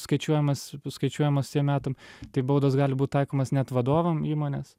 skaičiuojamas paskaičiuojamas tiem metam tai baudos gali būt taikomos net vadovam įmonės